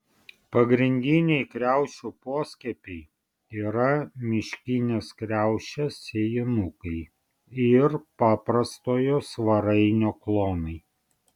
pagrindiniai kriaušių poskiepiai yra miškinės kriaušės sėjinukai ir paprastojo svarainio klonai